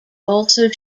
also